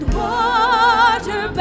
water